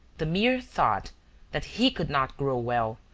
the mere thought that he could not grow well,